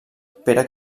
pere